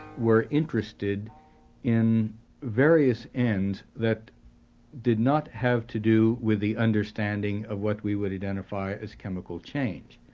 were interested in various ends that did not have to do with the understanding of what we would identify as chemical change.